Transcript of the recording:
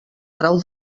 trau